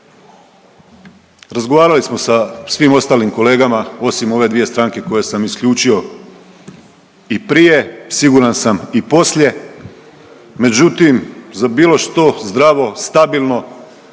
Razgovarali smo sa svim ostalim kolegama osim ove dvije stranke koje sam isključio i prije. Siguran sam i poslije. Međutim, za bilo što zdravo, stabilno,